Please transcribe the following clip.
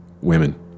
women